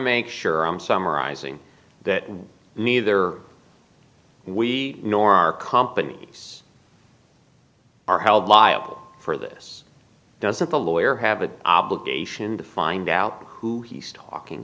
make sure i'm summarizing that neither we nor our companies are held liable for this doesn't the lawyer have an obligation to find out who he's talking